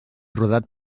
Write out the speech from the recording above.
rodat